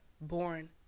born